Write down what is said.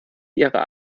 ihrer